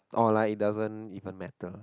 or like it doesn't even matter